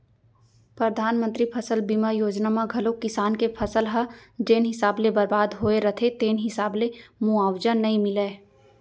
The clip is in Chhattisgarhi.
परधानमंतरी फसल बीमा योजना म घलौ किसान के फसल ह जेन हिसाब ले बरबाद होय रथे तेन हिसाब ले मुवावजा नइ मिलय